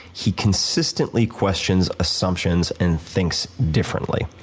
he consistently questions assumptions and thinks differently.